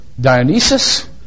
Dionysus